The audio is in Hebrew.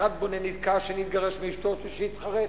אחד בונה, נתקע, שני התגרש מאשתו, שלישי התחרט.